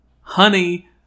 Honey